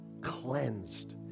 cleansed